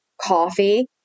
coffee